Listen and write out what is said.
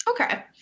Okay